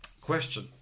Question